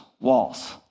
walls